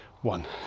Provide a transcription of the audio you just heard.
one